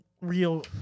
real